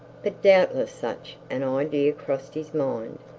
but doubtless such an idea crossed his mind,